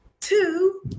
two